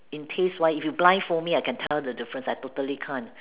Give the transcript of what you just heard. in taste wise if you blind fold me I can tell the difference I totally can't